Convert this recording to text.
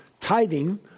tithing